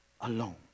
alone